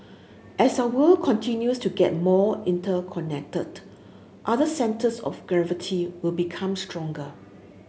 as our world continues to get more interconnected other centres of gravity will become stronger